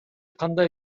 кандай